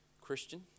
Christian